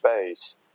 space